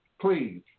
Please